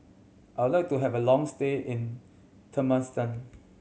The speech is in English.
I would like to have a long stay in Turkmenistan